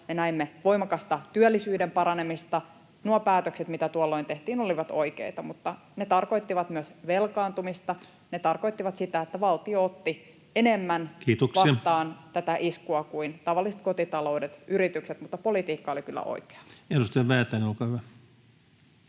me näimme voimakasta työllisyyden paranemista. Nuo päätökset, mitä tuolloin tehtiin, olivat oikeita, mutta ne tarkoittivat myös velkaantumista, ne tarkoittivat sitä, että valtio otti tätä iskua enemmän [Puhemies huomauttaa ajasta] vastaan kuin tavalliset kotitaloudet, yritykset, mutta politiikka oli kyllä oikeaa. Edustaja Väätäinen, olkaa hyvä.